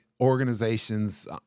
Organizations